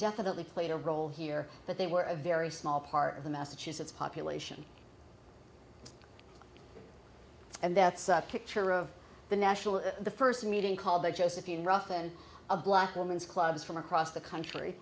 definitely played a role here but they were a very small part of the massachusetts population and that's a picture of the national the first meeting called the josephine ruff and a black women's clubs from across the country